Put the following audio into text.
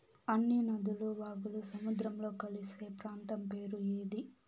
అన్ని నదులు వాగులు సముద్రంలో కలిసే ప్రాంతం పేరు ఇది